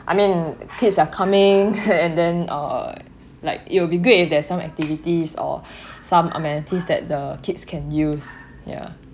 I mean kids are coming and then uh like it will be great if there's some activities or some amenities that the kids can use ya